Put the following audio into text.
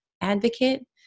advocate